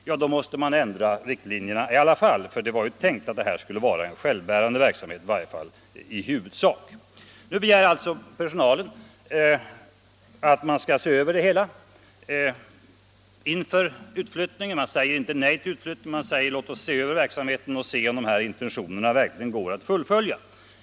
Ja, då måste man ändra riktlinjerna i alla fall, för det var tänkt att detta skulle vara en självbärande verksamhet, i varje fall i huvudsak. Nu begär alltså personalen att man skall se över det hela inför utflyttningen. Man säger inte nej till utflyttningen utan man säger: Låt oss se över verksamheten och se om de här intentionerna verkligen går att fullfölja.